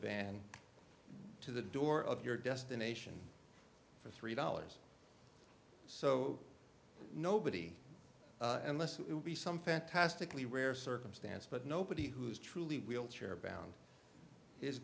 van to the door of your destination for three dollars so nobody unless it would be some fantastically rare circumstance but nobody who is truly wheelchair bound is